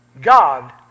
God